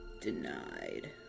Denied